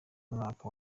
mwaka